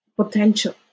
potential